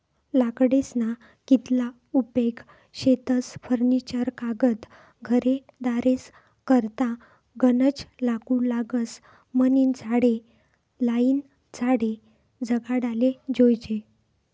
लाकडेस्ना कितला उपेग शेतस फर्निचर कागद घरेदारेस करता गनज लाकूड लागस म्हनीन झाडे लायीन झाडे जगाडाले जोयजे